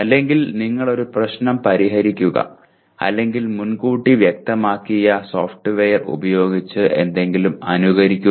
അല്ലെങ്കിൽ നിങ്ങൾ ഒരു പ്രശ്നം പരിഹരിക്കുക അല്ലെങ്കിൽ മുൻകൂട്ടി വ്യക്തമാക്കിയ സോഫ്റ്റ്വെയർ ഉപയോഗിച്ച് എന്തെങ്കിലും അനുകരിക്കുക